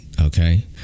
Okay